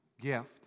gift